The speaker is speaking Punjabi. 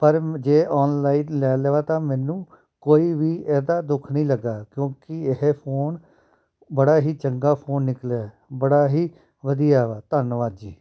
ਪਰ ਜੇ ਔਨਲਾਈਨ ਲੈ ਲਵਾਂ ਤਾਂ ਮੈਨੂੰ ਕੋਈ ਵੀ ਇਹਦਾ ਦੁੱਖ ਨਹੀਂ ਲੱਗਾ ਕਿਉਂਕਿ ਇਹ ਫੋਨ ਬੜਾ ਹੀ ਚੰਗਾ ਫੋਨ ਨਿਕਲਿਆ ਬੜਾ ਹੀ ਵਧੀਆ ਵਾ ਧੰਨਵਾਦ ਜੀ